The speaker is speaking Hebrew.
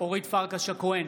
אורית פרקש הכהן,